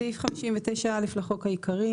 בסעיף 59א לחוק העיקרי,